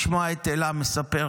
לשמוע את אלה מספרת